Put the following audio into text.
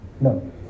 No